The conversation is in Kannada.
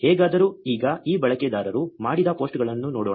ಹೇಗಾದರೂ ಈಗ ಈ ಬಳಕೆದಾರರು ಮಾಡಿದ ಪೋಸ್ಟ್ಗಳನ್ನು ನೋಡೋಣ